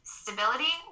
stability